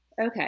okay